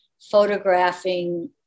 photographing